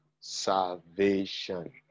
salvation